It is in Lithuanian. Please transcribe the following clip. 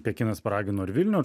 pekinas paragino ir vilniaus